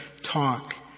talk